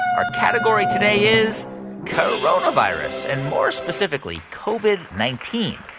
our category today is coronavirus and, more specifically, covid nineteen,